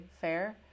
fair